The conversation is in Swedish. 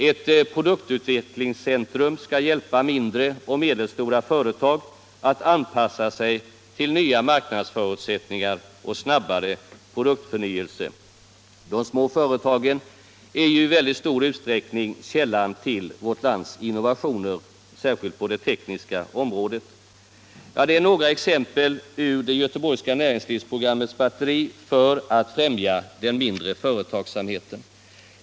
Ett produktutvecklingscentrum skall hjälpa mindre och medelstora företag att anpassa sig till nya marknadsförutsättningar och snabbare produktförnyelse. De små företagen är ju i väldigt stor utsträckning källan till vårt lands innovationer, särskilt på det tekniska området. Det är några exempel ur det göteborgska näringslivsprogrammets batteri för att främja den mindre företagsamheten.